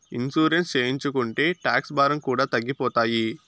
insurance చేయించుకుంటే tax భారం కూడా తగ్గిపోతాయి